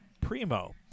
Primo